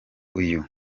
uyu